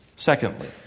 Secondly